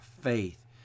faith